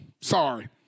Sorry